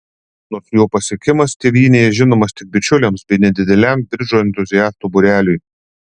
nors jo pasiekimas tėvynėje žinomas tik bičiuliams bei nedideliam bridžo entuziastų būreliui